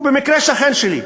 הוא במקרה שכן שלי.